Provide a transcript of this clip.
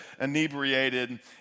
inebriated